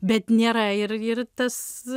bet nėra ir ir tas